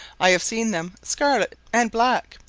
i have seen them scarlet and black,